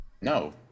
No